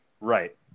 Right